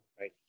Right